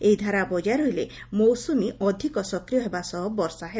ଏହି ଧାରା ବଜାୟ ରହିଲେ ମୌସ୍ବମୀ ଅଧିକ ସକ୍ରିୟ ହେବା ସହ ବର୍ଷା ହେବ